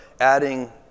adding